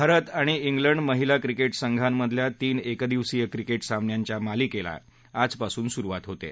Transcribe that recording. भारत आणि इंग्लंड महिला क्रिकेट संघांमधल्या तीन एकदिवसीय क्रिकेट सामन्यांच्या मालिकेला आजपासून सुरुवात होत आहे